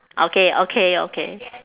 okay okay okay